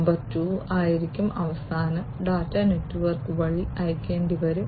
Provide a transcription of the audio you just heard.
number 2 ആയിരിക്കും അവസാനം data network വഴി അയയ്ക്കേണ്ടിവരും